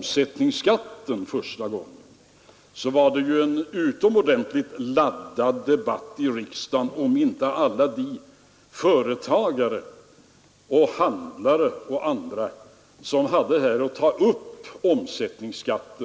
De omsättningsskatt för första gången, förekom en utomordentligt laddad debatt i riksdagen om inte alla de företagare och handlare som hade att ta upp omsättningsskatt